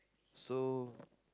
so